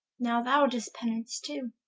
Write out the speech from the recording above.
now thou do'st penance too.